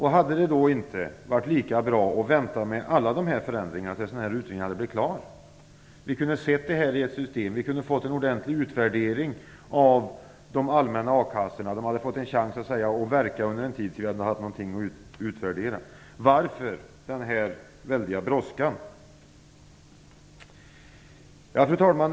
Hade det inte varit lika bra att vänta med alla dessa förändringar tills den utredningen hade blivit klar? Vi kunde ha sett det här i ett system. Vi kunde ha fått en ordentlig utvärdering av de allmänna a-kassorna. De hade fått en chans att verka under en tid, så att det fanns någonting att utvärdera. Varför är det en sådan brådska? Fru talman!